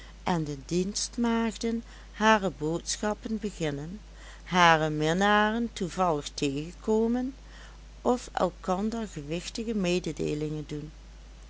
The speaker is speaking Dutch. en de dienstmaagden hare boodschappen beginnen hare minnaren toevallig tegenkomen of elkander gewichtige mededeelingen doen